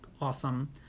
awesome